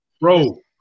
Bro